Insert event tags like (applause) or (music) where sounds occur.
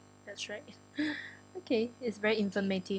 that's right (breath) okay it's very informative